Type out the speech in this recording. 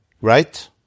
Right